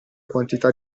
quantità